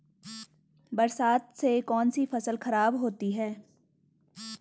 बरसात से कौन सी फसल खराब होती है?